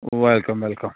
welcome welcome